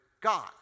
God